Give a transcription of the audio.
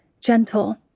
gentle